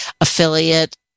affiliate